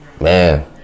man